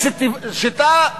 יש שיטה,